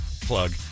plug